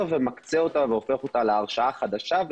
ומקצה אותה והופך אותה להרשאה חדשה.